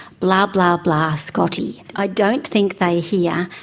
blah, blah, blah, scotty i don't think they hear,